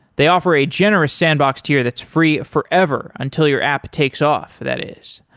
they offer a generous sandbox to you that's free forever until your app takes off, that is.